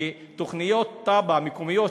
כי תב"ע מקומיות,